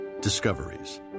discoveries